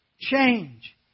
Change